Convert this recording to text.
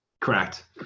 correct